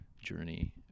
journey